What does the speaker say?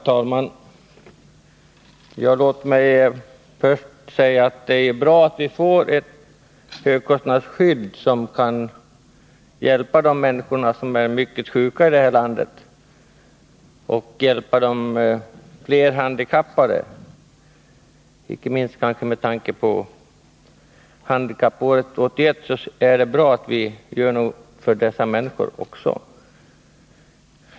Herr talman! Låt mig först säga att jag tycker det är bra att vi får ett högkostnadsskydd som hjälp till de människor i det här landet som är mycket sjuka och till de flerhandikappade. Icke minst med tanke på handikappåret 1981 är det bra att någonting nu görs också för dessa människor.